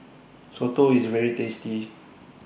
Soto IS very tasty